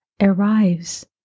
arrives